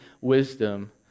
wisdom